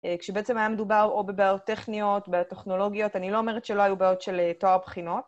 כשבעצם היה מדובר או בבעיות טכניות, בבעיות טכנולוגיות, אני לא אומרת שלא היו בעיות של טוהר בחינות.